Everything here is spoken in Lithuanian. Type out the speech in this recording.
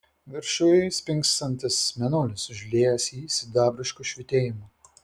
viršuj spingsantis mėnulis užliejęs jį sidabrišku švytėjimu